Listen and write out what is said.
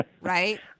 Right